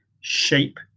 Shape